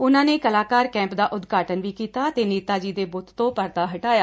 ਉਨਾਂ ਨੇ ਕਲਾਕਾਰ ਕੈਪ ਦਾ ਉਦਘਾਟਨ ਵੀ ਕੀਤਾ ਅਤੇ ਨੇਤਾ ਜੀ ਦੇ ਬੁੱਤ ਤੋਂ ਪਰਦਾ ਹਟਾਇਆ